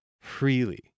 freely